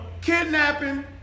kidnapping